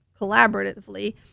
collaboratively